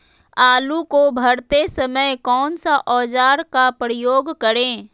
आलू को भरते समय कौन सा औजार का प्रयोग करें?